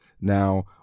Now